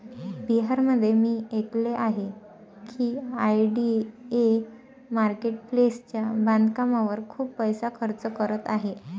बिहारमध्ये मी ऐकले आहे की आय.डी.ए मार्केट प्लेसच्या बांधकामावर खूप पैसा खर्च करत आहे